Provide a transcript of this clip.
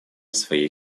своей